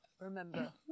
remember